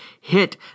hit